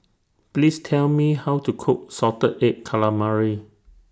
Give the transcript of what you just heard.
Please Tell Me How to Cook Salted Egg Calamari